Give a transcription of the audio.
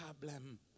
problem